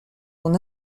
son